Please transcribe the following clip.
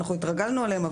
אנחנו התרגלנו אליהן,